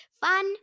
Fun